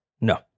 No